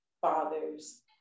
fathers